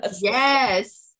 Yes